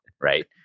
right